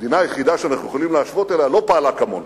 המדינה היחידה שאנחנו יכולים להשוות אליה לא פעלה כמונו.